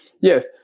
yes